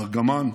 ארגמן,